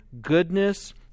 goodness